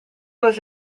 was